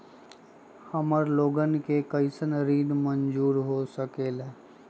हमार लोगन के कइसन ऋण मंजूर हो सकेला?